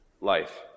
life